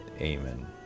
amen